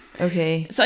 Okay